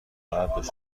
عادت